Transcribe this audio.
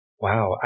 Wow